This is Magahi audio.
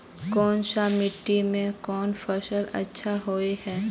कोन सा मिट्टी में कोन फसल अच्छा होय है?